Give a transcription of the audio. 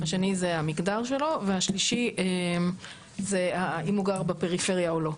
השני זה המגדר שלו והשלישי זה אם הוא גר בפריפריה או לא.